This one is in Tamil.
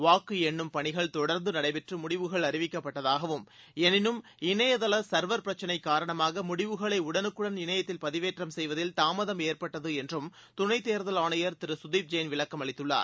வாக்கு எண்ணும் பணிகள் தொடர்ந்து நடைபெற்று முடிவுகள் அறிவிக்கப்படடதாகவும் எனினும் இணையதள சர்வர் பிரச்சினை காரணமாக முடிவுகளை உடனுக்குடன் இணையத்தில் பதிவேற்றம் செய்வதில் தாமதம் ஏற்பட்டது என்றும் துணைத் தேர்தல் ஆணையர் திரு சுதிப் ஜெயின் விளக்கம் அளித்துள்ளார்